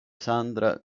sandra